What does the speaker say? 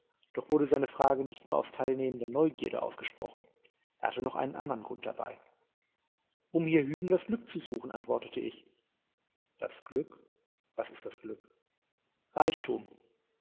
doch wurde seine frage nicht nur aus teilnehmender neugierde ausgesprochen er hatte noch einen andern grund dabei um hier hüben das glück zu suchen antwortete ich das glück was ist das glück reichtum